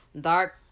dark